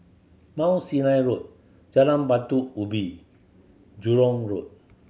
Mount Sinai Road Jalan Batu Ubin Jurong Road